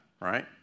right